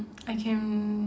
I can